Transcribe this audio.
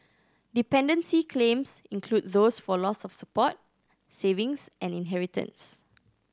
dependency claims include those for loss of support savings and inheritance